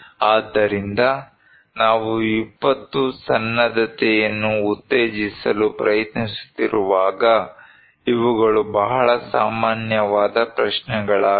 ಆದ್ದರಿಂದ ನಾವು ವಿಪತ್ತು ಸನ್ನದ್ಧತೆಯನ್ನು ಉತ್ತೇಜಿಸಲು ಪ್ರಯತ್ನಿಸುತ್ತಿರುವಾಗ ಇವುಗಳು ಬಹಳ ಸಾಮಾನ್ಯವಾದ ಪ್ರಶ್ನೆಗಳಾಗಿವೆ